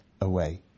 away